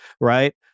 right